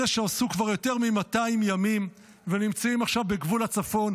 אלה שעשו כבר יותר מ-200 ימים ונמצאים עכשיו בגבול הצפון.